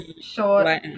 short